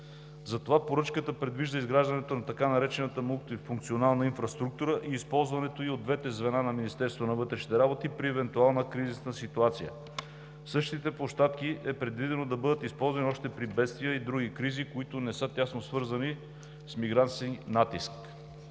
Затова поръчката предвижда изграждането на така наречената мултифункционална инфраструктура и използването ѝ от двете звена на Министерството на вътрешните работи при евентуална кризисна ситуация. Същите площадки е предвидено да бъдат използвани още при бедствия и други кризи, които не са тясно свързани с мигрантски натиск.